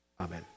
Amen